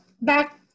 back